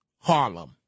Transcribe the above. Harlem